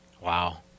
wow